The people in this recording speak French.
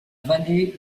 vallée